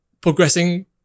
progressing